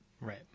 Right